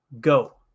go